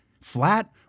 flat